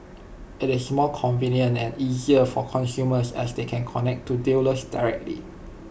IT is more convenient and easier for consumers as they can connect to dealers directly